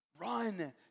Run